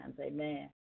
Amen